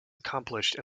accomplished